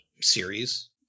series